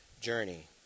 Journey